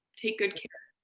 take good care.